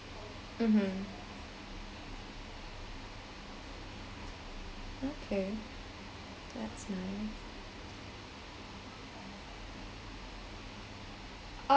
mmhmm okay that's me